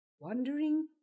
wondering